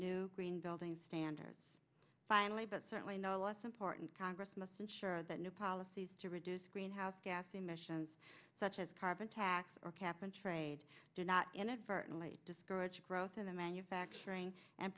new green building standards finally but certainly no less important congress must ensure that new policies to reduce greenhouse gas emissions such as carbon tax or cap and trade do not inadvertently discourage growth in the manufacturing and